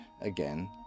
again